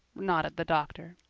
nodded the doctor.